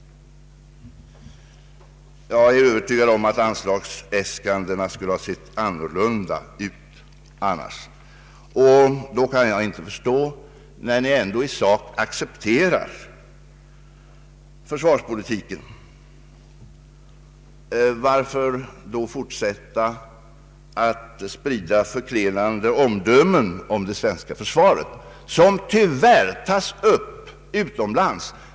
Jag är övertygad om att motionsyrkandena annars skulle ha sett annorlunda ut. Men när ni ändå i sak accepterar försvarspolitiken, kan jag inte förstå varför ni fortsätter att sprida förklenande omdömen om det svenska försvaret, omdömen som tyvärr tas upp utomlands.